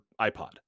iPod